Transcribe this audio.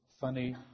funny